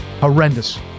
Horrendous